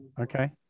okay